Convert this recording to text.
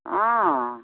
অঁ